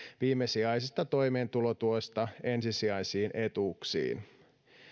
viimesijaisesta toimeentulotuesta ensisijaisiin etuuksiin